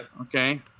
Okay